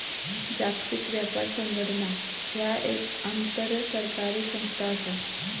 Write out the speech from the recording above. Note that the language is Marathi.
जागतिक व्यापार संघटना ह्या एक आंतरसरकारी संस्था असा